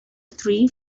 three